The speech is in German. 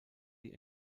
die